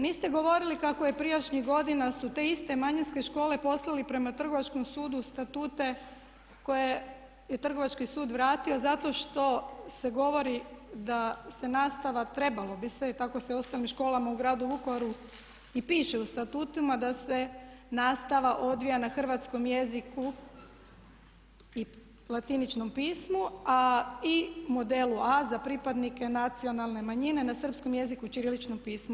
Niste govorili kako je prijašnjih godina su te iste manjinske škole postale prema Trgovačkom sudu statute koje je Trgovački sud vratio zato što se govori da se nastava, trebalo bi se i tako se u osnovnim školama u Gradu Vukovaru i piše u statutima, da se nastava odvija na hrvatskom jeziku i latiničnom pismu i modelu A za pripadnike nacionale manjine na srpskom jeziku i ćiriličnom pismu.